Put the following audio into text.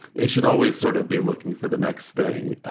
they should always sort of be looking for the next thing,